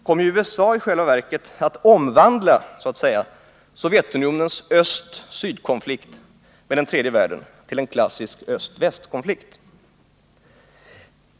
—- kom USA i själva verket att omvandla Sovjetunionens öst-syd-konflikt med den tredje världen till en klassisk öst-väst-konflikt.